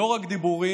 לא רק דיבורים,